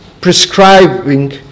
prescribing